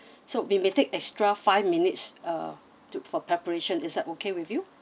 so we may take extra five minutes uh to for preparation is that okay with you